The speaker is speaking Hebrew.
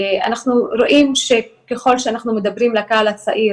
אנחנו רואים שככל שאנחנו מדברים לקהל הצעיר